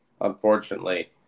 unfortunately